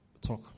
Talk